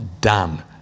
done